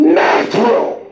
natural